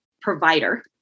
provider